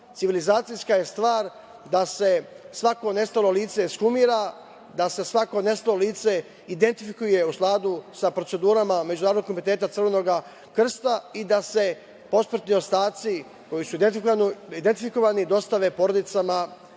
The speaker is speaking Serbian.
žrtvama. Civilizacijska je stvar da se svako nestalo lice ekshumira, da se svako nestalo lice identifikuje u skladu sa procedurama Međunarodnog komiteta Crvenog krsta i da se posmrtni ostaci koji su identifikovani dostave porodicama